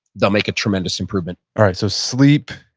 they'll make a tremendous improvement alright, so sleep,